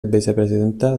vicepresidenta